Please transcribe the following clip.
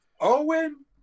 Owen